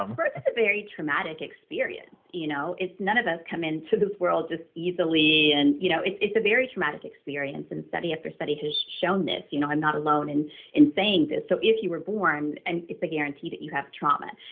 um birth is a very traumatic experience. you know none of us come into this world just easily and you know it's it's a very traumatic experience, and study after study has shown this. you know i'm not alone in in saying this, so if you were born, and it's a guarantee that you have trauma.